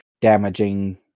damaging